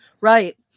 right